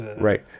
Right